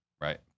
right